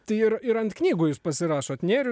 tai ir ir ant knygų jūs pasirašot nėrius